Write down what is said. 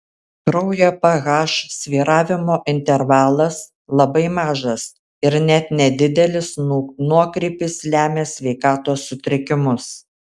kraujo ph svyravimo intervalas labai mažas ir net nedidelis nuokrypis lemia sveikatos sutrikimus